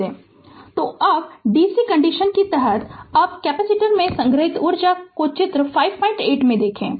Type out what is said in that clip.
Refer Slide Time 3053 तो अब dc condition के तहत अब कैपेसिटर में संग्रहित ऊर्जा को चित्र 58 में देखे